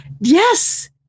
yes